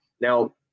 Now